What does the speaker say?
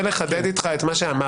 מנסה לחדד מה שאמרת.